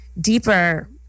deeper